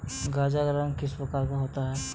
गाजर का रंग किस प्रकार का होता है?